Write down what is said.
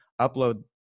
upload